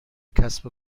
کسب